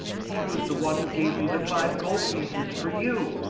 he was the one who gave me the five gold pieces for you,